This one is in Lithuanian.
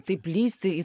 taip lįsti į